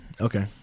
Okay